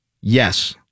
Yes